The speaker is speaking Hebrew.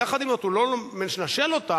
יחד עם זאת, הוא לא מנשל אותם.